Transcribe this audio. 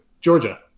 Georgia